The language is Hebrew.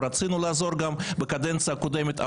רצינו לעזור גם בקדנציה הקודמת,